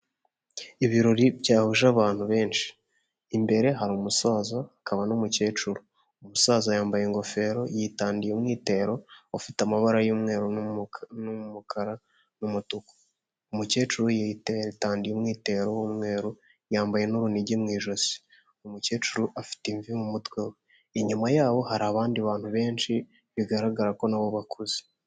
Ibirori byahuje abantu benshi imbere hari umusaza akaba n'umukecuru, umusaza yambaye ingofero yitangiye umwitero ufite amabara y'umweru n'umukara n'umutuku, umukecuru yitandiye umwitero w'umweru yambaye n'urunigi mu ijosi, umukecuru afite imvi mu mutwe we inyuma yaho hari abandi bantu benshi bigaragara ko nabo bakuze.